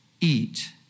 eat